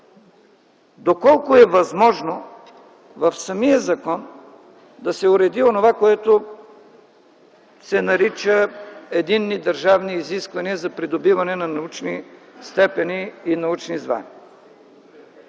доколко е възможно в самия закон да се уреди онова, което се нарича „единни държавни изисквания за придобиване на научни степени и научни звания”.